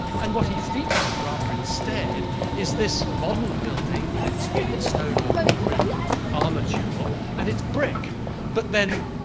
and what he featured rather instead is this modern building with its with its stone or concrete armature and its brick but then,